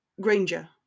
Granger